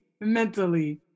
mentally